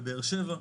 בבאר שבע,